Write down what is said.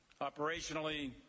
operationally